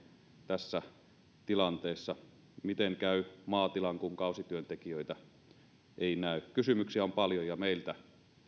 tässä tilanteessa miten käy maatilan kun kausityöntekijöitä ei näy kysymyksiä on paljon ja meiltä